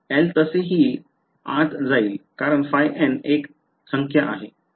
L तसेही आत जाईल कारण ϕn एक संख्या आहे